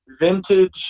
Vintage